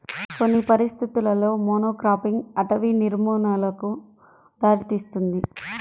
కొన్ని పరిస్థితులలో మోనోక్రాపింగ్ అటవీ నిర్మూలనకు దారితీస్తుంది